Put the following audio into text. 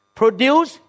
produce